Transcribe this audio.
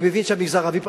אני מבין שהמגזר הערבי,